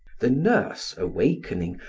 the nurse, awakening,